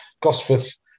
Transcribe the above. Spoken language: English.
Gosforth